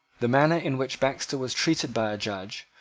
the manner in which baxter was treated by a judge,